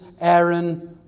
Aaron